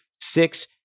six